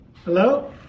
hello